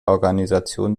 organisation